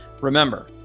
Remember